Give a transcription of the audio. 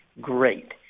great